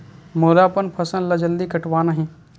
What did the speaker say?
मोला अपन फसल ला जल्दी कटवाना हे?